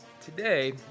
today